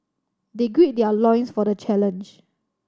they gird their loins for the challenge